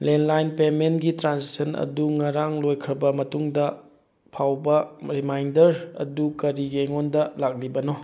landline ꯄꯦꯃꯦꯟꯒꯤ transaction ꯑꯗꯨ ꯉꯔꯥꯡ ꯂꯣꯏꯈ꯭ꯔꯕ ꯃꯇꯨꯡꯗ ꯐꯥꯎꯕ ꯔꯤꯃꯥꯏꯟꯗꯔ ꯑꯗꯨ ꯀꯔꯤꯒꯤ ꯑꯩꯉꯣꯟꯗ ꯂꯥꯛꯂꯤꯕꯅꯣ